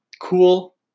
cool